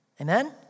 Amen